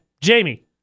Jamie